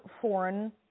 foreign